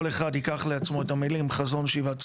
כל אחד ייקח לעצמו את המילים "חזון שיבת ציון"